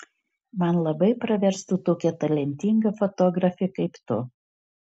man labai praverstų tokia talentinga fotografė kaip tu